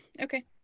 Okay